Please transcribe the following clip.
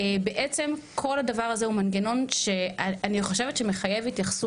בעצם כל הדבר הזה הוא מנגנון שאני חושבת שמחייב התייחסות,